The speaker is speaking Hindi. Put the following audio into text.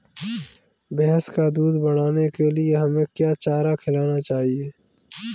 भैंस का दूध बढ़ाने के लिए हमें क्या चारा खिलाना चाहिए?